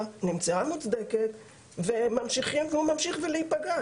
והיא נמצאה מוצדקת והוא ממשיך להיפגע?